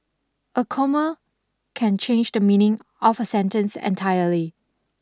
a comma can change the meaning of a sentence entirely